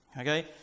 Okay